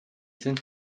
sind